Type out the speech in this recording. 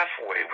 halfway